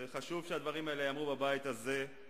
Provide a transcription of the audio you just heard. וחשוב שהדברים האלה ייאמרו בבית הזה,